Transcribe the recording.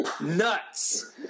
nuts